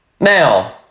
Now